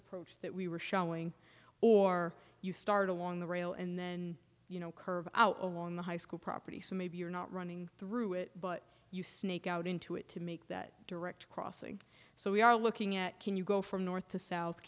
approach that we were showing or you start along the rail and then you know curve out along the high school property so maybe you're not running through it but you sneak out into it to make that direct crossing so we are looking at can you go from north to south